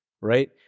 right